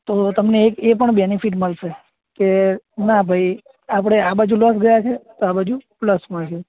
તો તમને એક એ પણ બેનિફિટ મળશે કે ના ભાઈ આપણે આ બાજુ લોસ ગયા છીએ તો આ બાજુ પ્લસમાં છીએ